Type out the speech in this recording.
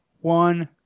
one